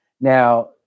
Now